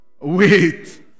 wait